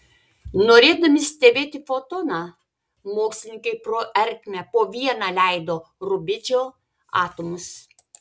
norėdami stebėti fotoną mokslininkai pro ertmę po vieną leido rubidžio atomus